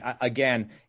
again –